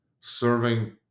serving